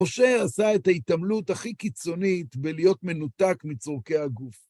משה עשה את ההתעמלות הכי קיצונית בלהיות מנותק מצורכי הגוף.